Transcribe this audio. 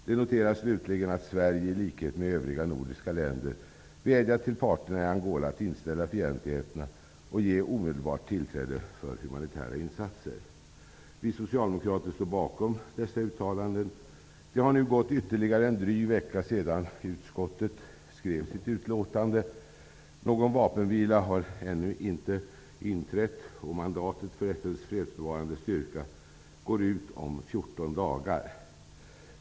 Det noteras slutligen att Sverige i likhet med övriga nordiska länder har vädjat till parterna i Angola att inställa fientligheterna och ge omedelbart tillträde för humanitära insatser. Vi socialdemokrater står bakom dessa uttalanden. Det har nu gått ytterligare en dryg vecka sedan utskottet skrev sitt utlåtande. Någon vapenvila har ännu inte inträtt, och mandatet för FN:s fredsbevarande styrka går ut om 14 dagar.